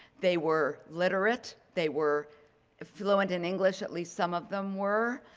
they were literate. they were fluent in english, at least some of them were.